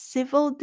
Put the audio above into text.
Civil